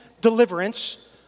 deliverance